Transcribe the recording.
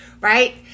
right